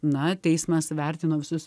na teismas vertina visus